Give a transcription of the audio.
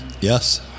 yes